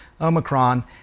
Omicron